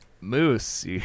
Moose